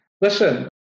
listen